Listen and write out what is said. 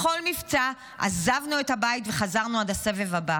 בכל מבצע עזבנו את הבית וחזרנו עד הסבב הבא,